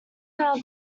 now